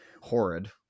horrid